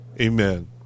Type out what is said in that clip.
Amen